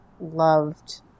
loved